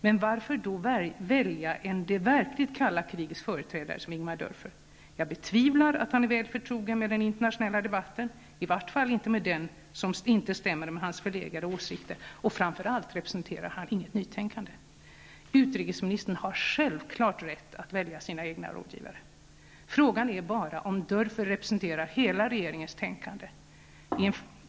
Men varför då välja en det verkligt kalla krigets företrädare, som Ingemar Dörfer? Jag betvivlar att han är väl förtrogen med den internationella debatten. Han är det i vart fall inte med den debatt som inte stämmer med hans förlegade åsikter. Framför allt representerar han inget nytänkande. Utrikesministern har självfallet rätt att välja sina egna rådgivare. Frågan är bara om Dörfer representerar hela regeringens tänkande.